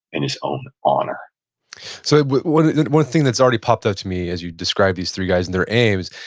and his own honor so but one one thing that's already popped out to me as you describe these three guys and their aims,